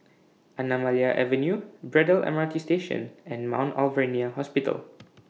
Anamalai Avenue Braddell M R T Station and Mount Alvernia Hospital